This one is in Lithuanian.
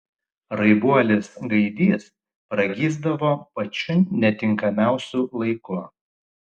raibuolis gaidys pragysdavo pačiu netinkamiausiu laiku